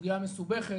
סוגיה מסובכת,